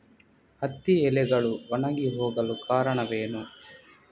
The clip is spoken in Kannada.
ಹತ್ತಿ ಎಲೆಗಳು ಒಣಗಿ ಹೋಗಲು ಕಾರಣವೇನು?